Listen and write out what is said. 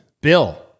Bill